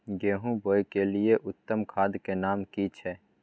गेहूं बोअ के लिये उत्तम खाद के नाम की छै?